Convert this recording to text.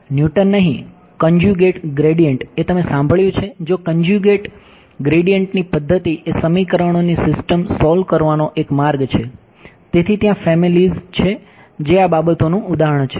newton નહીં conjugate gradient છે જે આ બાબતોનું ઉદાહરણ છે